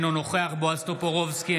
אינו נוכח בועז טופורובסקי,